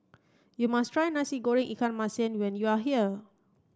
you must try Nasi Goreng Ikan Masin when you are here